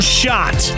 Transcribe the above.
shot